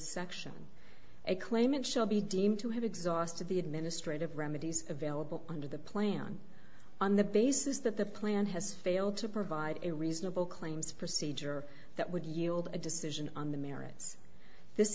section a claimant shall be deemed to have exhausted the administrative remedies available under the plan on the basis that the plan has failed to provide a reasonable claims procedure that would yield a decision on the merits this